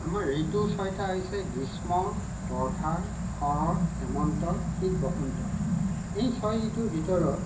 আমাৰ ঋতু ছয়টা হৈছে গ্ৰীষ্ম বৰ্ষা শৰত হেমন্ত শীত বসন্ত এই ছয় ঋতুৰ ভিতৰত